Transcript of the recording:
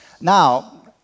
Now